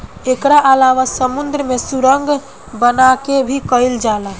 एकरा अलावा समुंद्र में सुरंग बना के भी कईल जाला